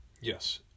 Yes